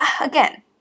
again